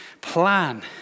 plan